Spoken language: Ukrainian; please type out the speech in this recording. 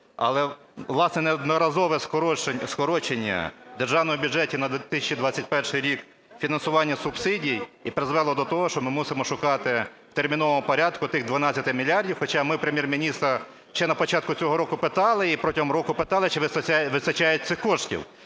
Але, власне, неодноразове в державному бюджеті на 2021 рік фінансування субсидій і призвело до того, що ми мусимо шукати в терміновому порядку ті 12 мільярдів. Хоча ми Прем'єр-міністра ще на початку цього року питали і протягом року питали, чи вистачає цих коштів.